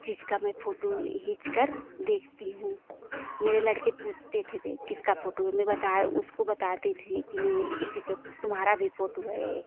इस चीज़ की मैं फोटो खींच कर देखती हूँ मेरे लड़के पूछते थे थे किसकी फोटो है मैं बता उसको बताती थी कि मैं इसी का तुम्हारी भी फोटो है